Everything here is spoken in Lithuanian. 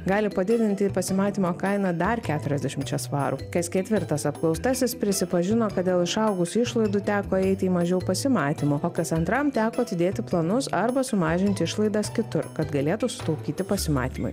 gali padidinti pasimatymo kainą dar keturiasdešimčia svarų kas ketvirtas apklaustasis prisipažino kad dėl išaugusių išlaidų teko eiti į mažiau pasimatymų o kas antram teko atidėti planus arba sumažinti išlaidas kitur kad galėtų sutaupyti pasimatymui